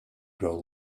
grow